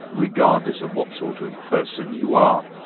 regardless of what sort of person you are.